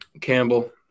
Campbell